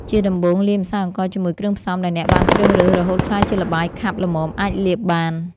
ជាដំបូង លាយម្សៅអង្ករជាមួយគ្រឿងផ្សំដែលអ្នកបានជ្រើសរើស រហូតក្លាយជាល្បាយខាប់ល្មមអាចលាបបាន។